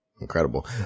incredible